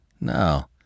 No